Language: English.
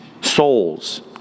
souls